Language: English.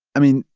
i mean,